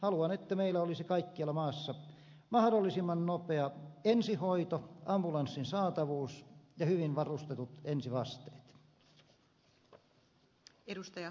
haluan että meillä olisi kaikkialla maassa mahdollisimman nopea ensihoito ambulanssin saatavuus ja hyvin varustetut ensivasteet